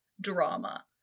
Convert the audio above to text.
drama